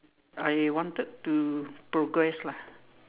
I wanted to progress lah